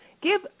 Give